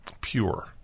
pure